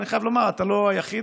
ואני חייב לומר שאתה לא היחיד,